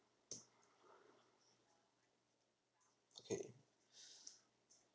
K